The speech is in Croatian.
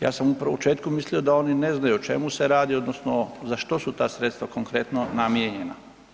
Ja sam u početku mislio da oni ne znaju o čemu se radi, odnosno za što su ta sredstva konkretno namijenjena.